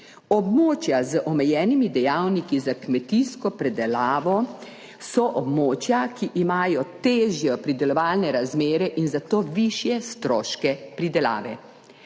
območja z omejenimi dejavniki za kmetijsko predelavo so območja, ki imajo težje pridelovalne razmere in za to višje stroške pridelave.